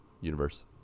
universe